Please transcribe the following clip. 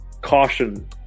caution